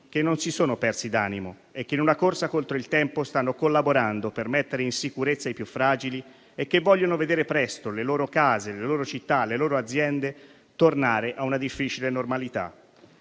che non si sono persi d'animo, che in una corsa contro il tempo stanno collaborando per mettere in sicurezza i più fragili e che vogliono vedere presto le loro case, le loro città, le loro aziende tornare a una difficile normalità.